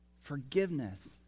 Forgiveness